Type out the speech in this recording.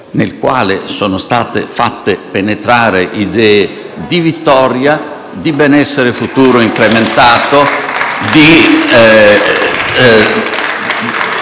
nel quale sono state fatte penetrare idee di vittoria, di benessere futuro incrementato, di